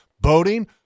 boating